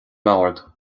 mbord